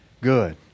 good